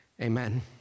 Amen